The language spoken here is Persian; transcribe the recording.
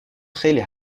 خیلی